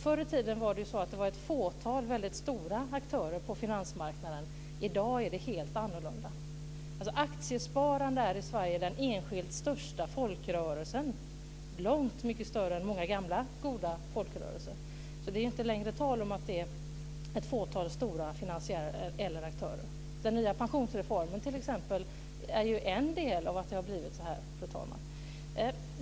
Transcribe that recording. Förr i tiden var det ju ett fåtal väldigt stora aktörer på finansmarknaden. I dag är det helt annorlunda. Aktiesparande är i Sverige den enskilt största folkrörelsen - långt mycket större än många gamla goda folkrörelser. Det är inte längre tal om att det är ett fåtal stora aktörer. Den nya pensionsreformen, t.ex., är ju en del av detta, fru talman.